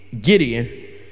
Gideon